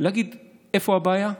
להגיד איפה הבעיה,